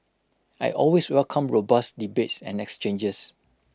I always welcome robust debates and exchanges